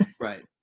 right